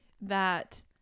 that-